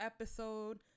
episode